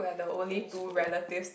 primary school